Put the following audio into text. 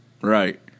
right